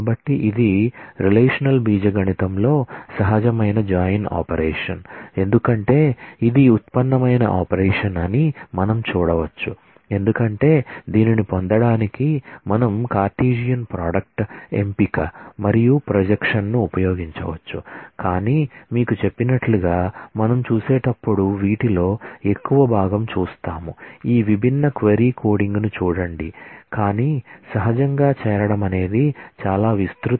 కాబట్టి ఇది రిలేషనల్ ఆల్జీబ్రాలో సహజమైన జాయిన్ ఆపరేషన్ ఎందుకంటే ఇది ఉత్పన్నమైన ఆపరేషన్ అని మనం చూడవచ్చు ఎందుకంటే దీనిని పొందడానికి మనం కార్టెసియన్ ప్రోడక్ట్ ఎంపిక మరియు ప్రొజెక్షన్ను ఉపయోగించవచ్చు కాని నేను మీకు చెప్పినట్లుగా మనం చూసేటప్పుడు వీటిలో ఎక్కువ భాగం చూస్తాము ఈ విభిన్న క్వరీ కోడింగ్ ఉన్నాయ్